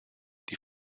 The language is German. die